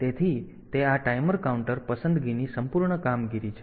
તેથી તે આ ટાઈમર કાઉન્ટર પસંદગીની સંપૂર્ણ કામગીરી છે